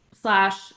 slash